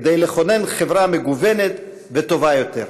כדי לכונן חברה מגוונת וטובה יותר.